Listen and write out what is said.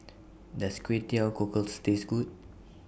Does Kway Teow Cockles Taste Good